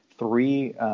three